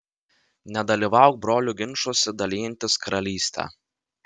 nedalyvauk brolių ginčuose dalijantis karalystę